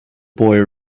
boy